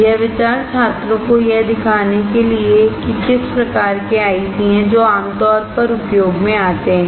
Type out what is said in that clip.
यह विचार छात्रों को यह दिखाने के लिए कि किस प्रकार के आईसी हैं जो आमतौर पर उपयोग में आते हैं